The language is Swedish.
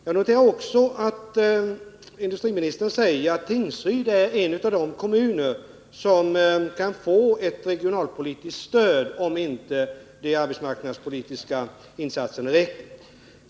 Jag noterar också att industriministern säger att Tingsryd är en av de kommuner som kan få ett regionalpolitiskt stöd om inte de arbetsmarknadspolitiska insatserna räcker.